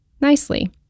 Nicely